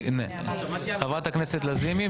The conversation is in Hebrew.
חברת הכנסת לזימי,